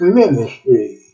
ministry